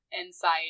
insight